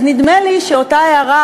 אז נדמה לי שאותה הערה,